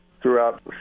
throughout